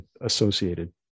associated